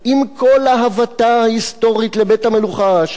עם כל אהבתה ההיסטורית לבית-המלוכה ההאשמי